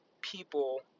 people